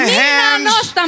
hands